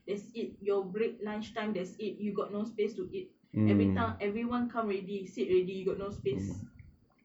that's it your break time lunch time that's it you got no space to eat everytime everyone come ready sit ready got no space